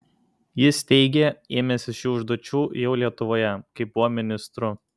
jis teigė ėmęsis šių užduočių jau lietuvoje kai buvo ministru